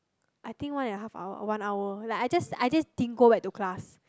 I think one and a half hour or one hour like I just I just didn't go back to class